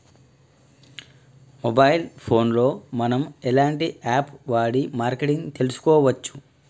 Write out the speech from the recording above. Mobile phone లో మనం ఎలాంటి యాప్ వాడి మార్కెటింగ్ తెలుసుకోవచ్చు?